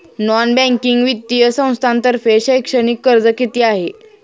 Non banking वित्तीय संस्थांतर्फे शैक्षणिक कर्ज किती आहे?